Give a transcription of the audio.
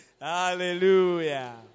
Hallelujah